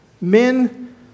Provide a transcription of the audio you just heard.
men